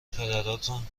پدراتون